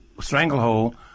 stranglehold